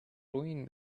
ruin